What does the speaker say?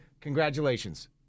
congratulations